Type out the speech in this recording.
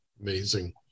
Amazing